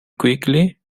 quickly